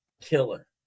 Killer